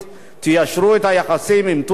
תיישרו את היחסים עם טורקיה,